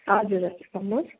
हजुर हजुर भन्नुहोस्